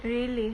really